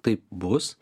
taip bus